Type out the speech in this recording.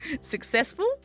successful